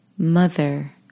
mother